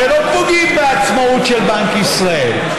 הרי לא פוגעים בעצמאות של בנק ישראל.